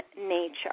nature